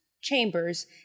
chambers